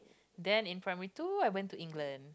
then in primary two I went to England